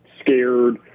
scared